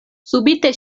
subite